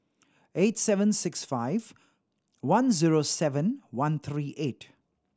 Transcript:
eight seven six five one zero seven one three eight